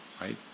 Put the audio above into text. right